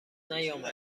نیامده